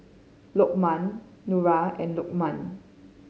Lokman Nura and Lukman